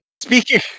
speaking